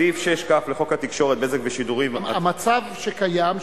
בסעיף 6כ לחוק התקשורת (בזק ושידורים) המצב שקיים,